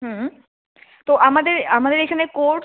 হুম তো আমাদের আমাদের এইখানে কোর্স